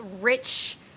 rich